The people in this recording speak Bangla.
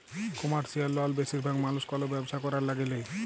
কমারশিয়াল লল বেশিরভাগ মালুস কল ব্যবসা ক্যরার ল্যাগে লেই